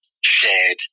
shared